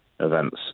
events